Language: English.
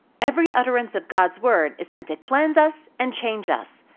every utterance of god's word is meant to cleanse us and change us,